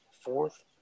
fourth